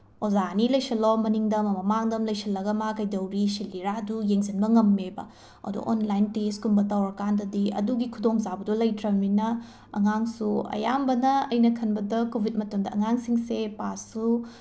ꯑꯣꯖꯥ ꯑꯅꯤ ꯂꯩꯁꯤꯜꯂꯣ ꯃꯅꯤꯡꯗ ꯑꯃ ꯃꯃꯥꯡꯗ ꯑꯃ ꯂꯩꯁꯤꯜꯂꯒ ꯃꯥ ꯀꯩꯗꯧꯔꯤ ꯁꯤꯜꯂꯤꯔꯥ ꯑꯗꯨ ꯌꯦꯡꯁꯤꯟꯕ ꯉꯝꯃꯦꯕ ꯑꯗꯨ ꯑꯣꯟꯂꯥꯏꯟ ꯇꯦꯁꯀꯨꯝꯕ ꯇꯧꯔꯛꯀꯥꯟꯗꯗꯤ ꯑꯗꯨꯒꯤ ꯈꯨꯗꯣꯡꯆꯥꯕꯗꯨ ꯂꯩꯇ꯭ꯔꯝꯅꯤꯅ ꯑꯉꯥꯡꯁꯨ ꯑꯌꯥꯝꯕꯅ ꯑꯩꯅ ꯈꯟꯕꯗ ꯀꯣꯚꯤꯗ ꯃꯇꯝꯗ ꯑꯉꯥꯡꯁꯤꯡꯁꯦ ꯄꯥꯁꯁꯨ